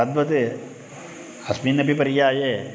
तद्वत् अस्मिन्नपि पर्याये